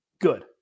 good